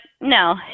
no